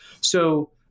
So-